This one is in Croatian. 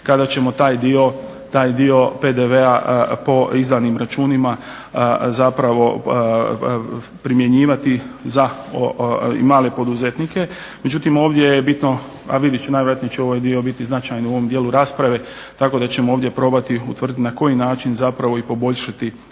kada ćemo taj dio PDV-a po izdanim računima zapravo primjenjivati za i male poduzetnike. Međutim ovdje je bitno a vidit ću najvjerojatnije će ovaj dio biti značajan u ovom dijelu rasprave tako da ćemo ovdje probati utvrditi na koji način zapravo i poboljšati